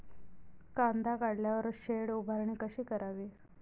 कांदा काढल्यावर शेड उभारणी कशी करावी?